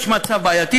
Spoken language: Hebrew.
יש מצב בעייתי,